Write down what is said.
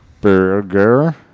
Burger